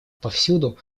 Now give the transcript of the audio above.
повсюду